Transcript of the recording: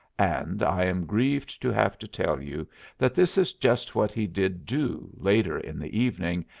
and i am grieved to have to tell you that this is just what he did do later in the evening,